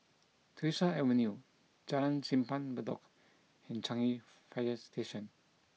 Tyersall Avenue Jalan Simpang Bedok and Changi Fire Station